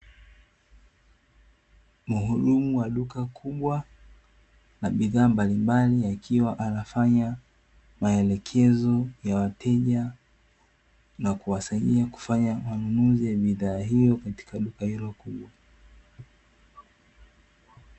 Muhudumu wa duka kubwa la bidhaa mbalimbali akiwa anafanya maelekezo ya wateja, na kuwasaidia kufanya manunuzi ya bidhaa hizo katika duka hilo kubwa.